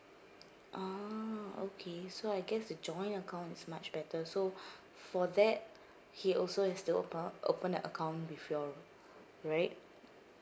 ah okay so I guess the joint account is much better so for that he also has to ope~ open an account with you all right